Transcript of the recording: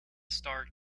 star